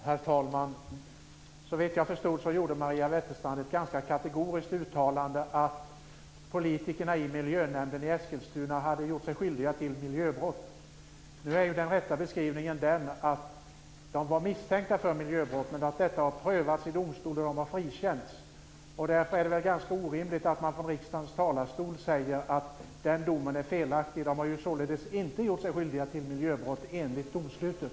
Herr talman! Som jag uppfattade det gjorde Maria Wetterstrand ett ganska kategoriskt uttalande om att politikerna i miljönämnden i Eskilstuna hade gjort sig skyldiga till miljöbrott. Den rätta beskrivningen är att de var misstänkta för miljöbrott, men efter att saken hade prövats i domstol frikändes de. Därför är ganska orimligt att man från riksdagens talarstol säger att den domen är felaktig. Politikerna hade således inte gjort sig skyldiga till miljöbrott, enligt domslutet.